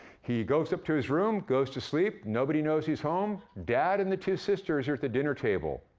he goes up to his room, goes to sleep, nobody knows he's home. dad and the two sisters are at the dinner table.